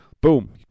boom